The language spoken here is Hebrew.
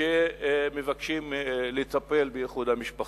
שמבקשת לטפל באיחוד משפחות.